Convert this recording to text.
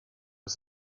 das